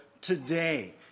today